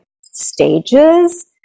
stages